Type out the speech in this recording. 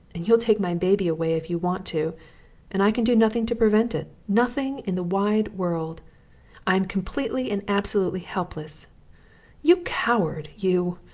and you'll take my baby away if you want to and i can do nothing to prevent it nothing in the wide world i am completely and absolutely helpless you coward, you!